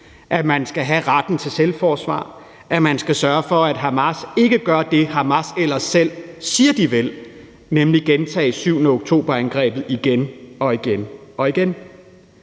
at man skal have retten til selvforsvar, og at man skal sørge for, at Hamas ikke gør det, Hamas ellers selv siger de vil, nemlig gentage angrebet den 7. oktober igen og igen.